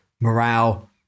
morale